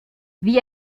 wie